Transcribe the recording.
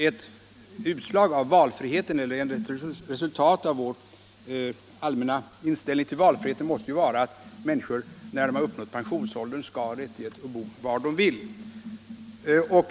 Ett resultat av vår allmänna inställning till valfriheten måste vara att människor när de uppnått pensionsåldern skall ha rättighet att bo var de vill.